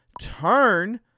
turn